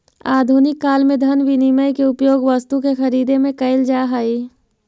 आधुनिक काल में धन विनिमय के उपयोग वस्तु के खरीदे में कईल जा हई